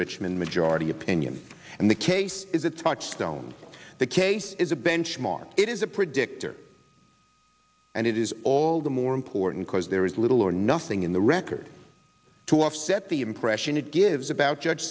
richmond majority opinion and the case is a touchstone the case is a benchmark it is a predictor and it is all the more important because there is little or nothing in the record to offset the impression it gives about judge